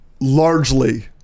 largely